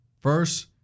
first